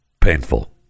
painful